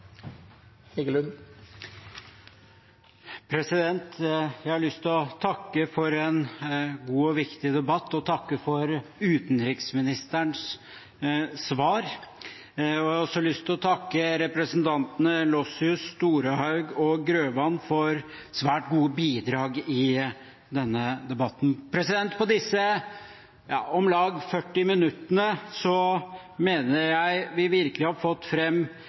Jeg har lyst å takke for en god og viktig debatt og for utenriksministerens svar. Jeg har også lyst å takke representantene Gleditsch Lossius, Storehaug og Grøvan for svært gode bidrag i denne debatten. På disse om lag 40 minuttene mener jeg vi virkelig har fått